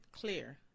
clear